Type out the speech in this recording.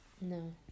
No